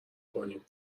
کنیم